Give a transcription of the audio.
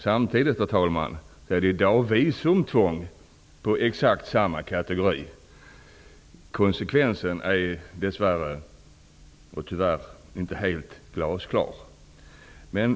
Samtidigt, herr talman, är det i dag visumtvång för exakt samma kategori. Konsekvensen är dess värre och tyvärr inte helt glasklar.